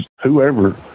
whoever